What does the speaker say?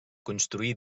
construir